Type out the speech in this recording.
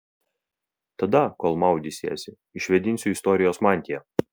tada kol maudysiesi išvėdinsiu istorijos mantiją